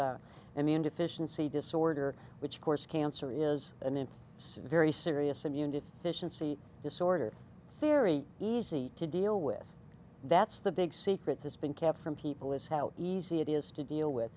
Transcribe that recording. then deficiency disorder which of course cancer is an in some very serious immune deficiency disorder theory easy to deal with that's the big secrets has been kept from people is how easy it is to deal